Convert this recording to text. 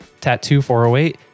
Tattoo408